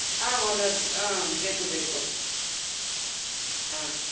ಹಾಂ ಓನರ್ದು ಹಾಂ ಬೇಕು ಬೇಕು ಹಾಂ